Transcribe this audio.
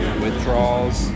withdrawals